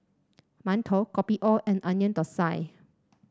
mantou Kopi O and Onion Thosai